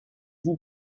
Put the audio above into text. vous